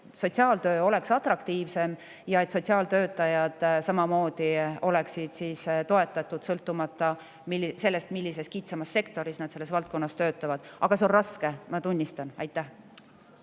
sotsiaaltöö oleks atraktiivsem ja ka sotsiaaltöötajad oleksid toetatud, sõltumata sellest, millisel kitsamal [alal] nad selles valdkonnas töötavad. Aga see on raske, ma tunnistan seda. Aitäh